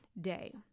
day